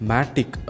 Matic